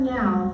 now